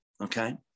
okay